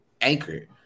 anchored